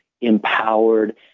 empowered